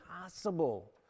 possible